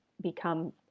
become